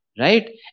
Right